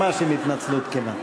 ממש עם התנצלות כנה.